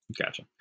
gotcha